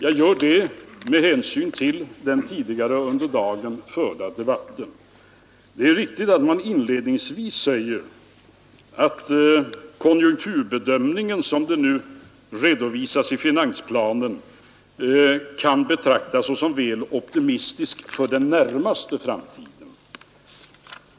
Jag gör det med hänsyn till den tidigare under dagen förda debatten. Det är riktigt att reservanterna inledningsvis säger ”att den konjunkturbedömning, som görs i den reviderade finansplanen, är för optimistisk beträffande den närmaste framtiden”.